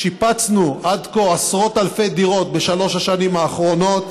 שיפצנו עד כה עשרות אלפי דירות בשלוש השנים האחרונות.